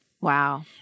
Wow